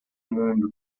mundo